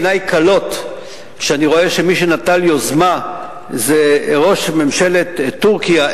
עיני כלות כשאני רואה שמי שנטל יוזמה זה ראש ממשלת טורקיה,